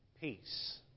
peace